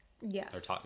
Yes